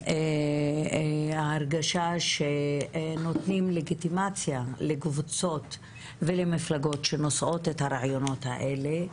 שההרגשה שנותנים לגיטימציה לקבוצות ולמפלגות שנושאות את הרעיונות האלה,